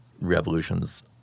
revolutions